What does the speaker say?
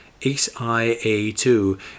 XIA2